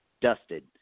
dusted